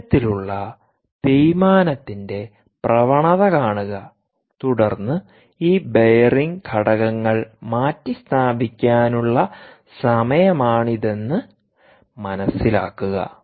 ഇത്തരത്തിലുള്ള തേയ്മാനത്തിന്റെ പ്രവണത കാണുക തുടർന്ന് ഈ ബെയറിംഗ് ഘടകങ്ങൾ മാറ്റിസ്ഥാപിക്കാനുള്ള സമയമാണിതെന്ന് മനസ്സിലാക്കുക